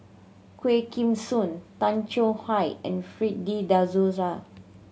Quah Kim Song Tay Chong Hai and Fred De Souza